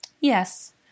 Yes